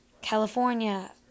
California